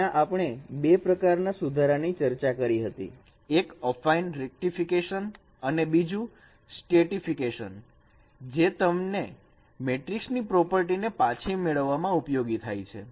ત્યાં આપણે બે પ્રકાર ના સુધારા ની ચર્ચા કરી હતી એક અફાઈન રેક્ટિફિકેશન અને બીજું સ્ટેટીફિકેશન જે તમને મૅટ્રિકની પ્રોપર્ટીને પાછી મેળવવા માં ઉપયોગી થાય છે